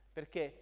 Perché